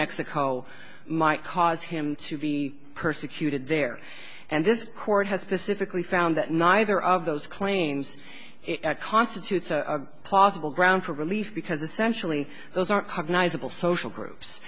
mexico might cause him to be persecuted there and this court has specifically found that neither of those claims constitutes a possible ground for relief because essentially those are cognizable social groups